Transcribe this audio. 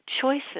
choices